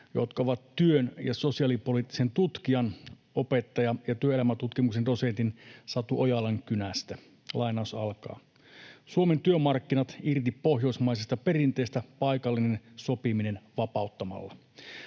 jotka ovat työn ja sosiaalipolitiikan tutkija, opettaja ja työelämäntutkimuksen dosentti Satu Ojalan kynästä: ”Suomen työmarkkinat irti pohjoismaisesta perinteestä paikallinen sopiminen ’vapauttamalla’?